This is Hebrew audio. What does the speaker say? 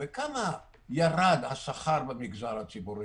בכמה ירד השכר במגזר הציבורי?